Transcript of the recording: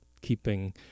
keeping